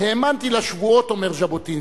"האמנתי לשבועות", אומר ז'בוטינסקי,